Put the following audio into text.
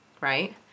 right